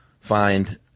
find